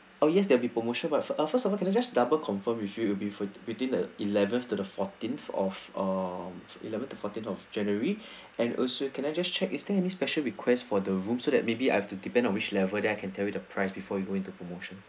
oh yes there'll be promotion but first of all can I just double confirm with you if between the eleventh to the fourteenth of eleventh to fourteenth of january and also can I just check is there any special request for the room so that maybe I have to depend on which level then I can tell you the price before you go into promotion